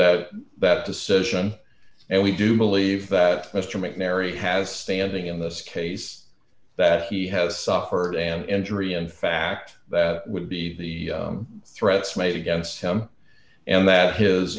that that decision and we do believe that mr mcnary has standing in this case that he has suffered an injury in fact that would be the threats made against him and that his